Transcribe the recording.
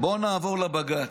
בואו נעבור לבג"ץ.